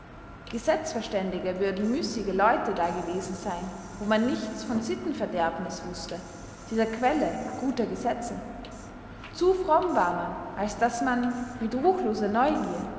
gesetzverständige würden müssige leute da gewesen seyn wo man nichts von sittenverderbniß wußte dieser quelle guter gesetze zu fromm war man als daß man mit ruchloser neugier